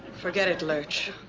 forget it, lurch.